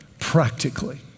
practically